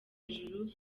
hejuru